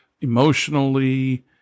emotionally